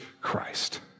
Christ